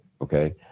Okay